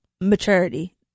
maturity